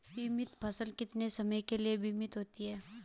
बीमित फसल कितने समय के लिए बीमित होती है?